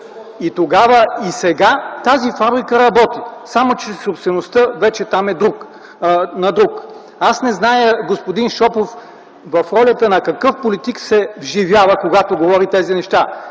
И тогава, а и сега тази фабрика работи, само че собствеността вече там е на друг. Аз не зная господин Шопов в ролята на какъв политик се вживява, когато говори тези неща